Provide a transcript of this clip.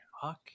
Fuck